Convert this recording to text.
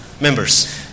members